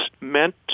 meant